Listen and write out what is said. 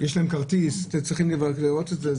יש להם כרטיס, אתם צריכים לראות את זה.